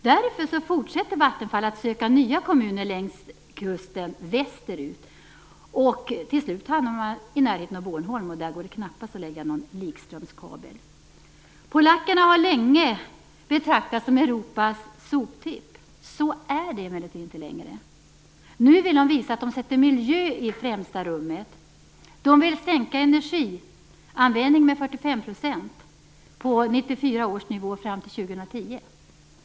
Därför fortsätter Vattenfall att söka nya kommuner längs kusten västerut. Till slut hamnar man i närheten av Bornholm. Där går det knappast att lägga någon likströmskabel. Polen har länge betraktats som Europas soptipp. Så är det emellertid inte längre. Nu vill man visa att man sätter miljön i främsta rummet. Man vill sänka energianvändningen med 45 % på 1994 års nivå fram till år 2010.